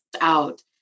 out